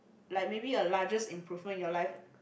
like maybe a largest improvement in your life